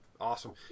awesome